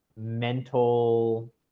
mental